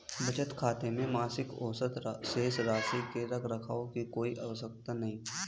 बचत खाते में मासिक औसत शेष राशि के रख रखाव की कोई आवश्यकता नहीं